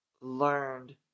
learned